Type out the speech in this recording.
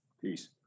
Peace